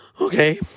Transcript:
okay